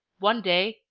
one day,